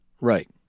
Right